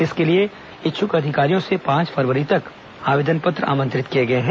इसके लिए इच्छक अधिकारियों से पांच फरवरी तक आवेदन पत्र आमंत्रित किए गए हैं